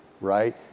right